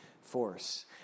force